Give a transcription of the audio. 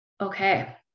Okay